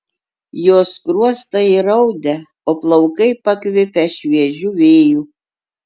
jos skruostai įraudę o plaukai pakvipę šviežiu vėju